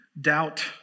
doubt